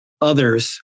others